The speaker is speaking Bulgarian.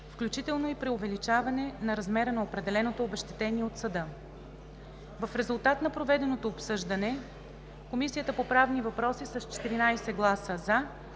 включително и при увеличаване на размера на определеното обезщетение от съда. В резултат на проведеното обсъждане Комисията по правни въпроси с 14 гласа